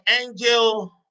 angel